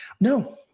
No